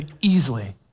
easily